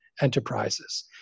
enterprises